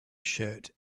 shirt